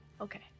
Okay